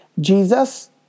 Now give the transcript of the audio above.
Jesus